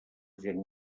gent